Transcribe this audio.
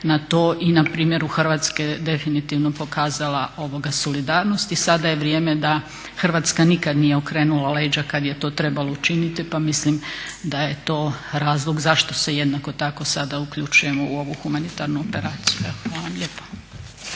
na to i na primjeru Hrvatske definitivno pokazala solidarnost i sada je vrijeme da Hrvatska nikada nije okrenula leđa kada je to trebalo učiniti pa mislim da je to razlog zašto se jednako tako sada uključujemo u ovu humanitarnu operaciju. Evo hvala lijepa.